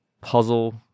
puzzle